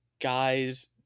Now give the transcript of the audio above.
guys